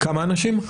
כמה אנשים?